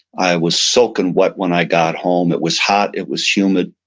i was soaking wet when i got home. it was hot. it was humid.